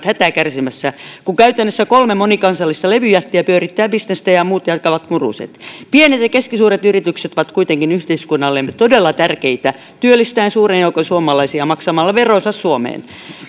hätää kärsimässä kun käytännössä kolme monikansallista levyjättiä pyörittää bisnestä ja ja muut jakavat muruset pienet ja keskisuuret yritykset ovat kuitenkin yhteiskunnallemme todella tärkeitä työllistämällä suuren joukon suomalaisia ja maksamalla veronsa suomeen